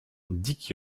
dick